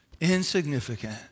insignificant